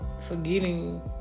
forgetting